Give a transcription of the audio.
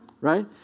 Right